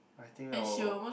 I think I'll